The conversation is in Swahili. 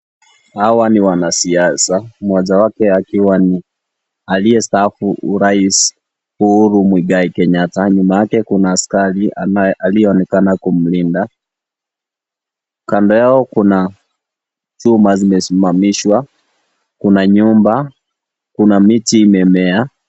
Hawa ni wanasiasa, mmoja wake akiwa ni aliyestaafu Rais Uhuru Muigai Kenyatta. Nyuma yake kuna askari aliyeonekana kumlinda . Kando Yao kuna chuma zimesimamishwa. Kuna nyumba, kuna miti imemea.